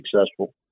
successful